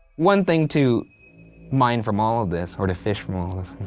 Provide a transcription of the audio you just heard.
one thing to mine from all of this or to fish from all of this